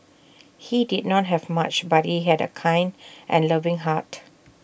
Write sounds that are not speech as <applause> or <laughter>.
he did not have much but he had A kind <noise> and loving heart